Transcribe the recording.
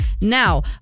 Now